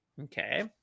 Okay